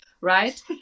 right